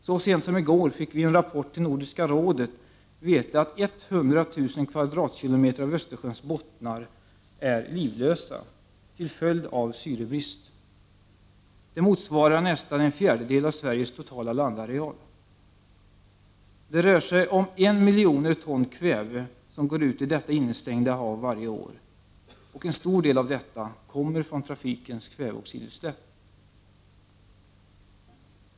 Så sent som i går fick vi i en rapport till Nordiska rådet veta att 100 000 kvadratkilometer av Östersjöns bottnar är livlösa till följd av syrebrist. Det motsvarar nästan en fjärdedel av Sveriges totala landareal! Det rör sig om 1 miljon ton kväve som går ut i detta innestängda hav varje år, och en stor del av detta kommer från trafikens kväveoxidutsläpp.